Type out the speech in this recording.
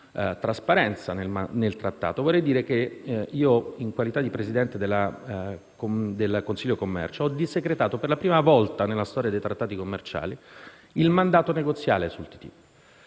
trasparenza sul Trattato, vorrei dire che, in qualità di presidente del consiglio del commercio ho desecretato, per la prima volta nella storia dei trattati commerciali, il mandato negoziale sul TTIP.